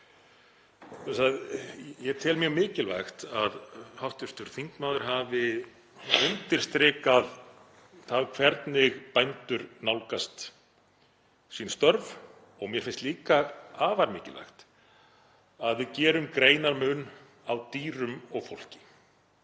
Ég tel mjög mikilvægt að hv. þingmaður hafi undirstrikað það hvernig bændur nálgast sín störf og mér finnst líka afar mikilvægt að við gerum greinarmun á dýrum og fólki.